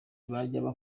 bajyaga